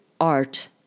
art